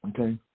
Okay